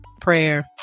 prayer